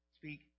speak